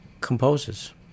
composes